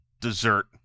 Dessert